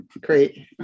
Great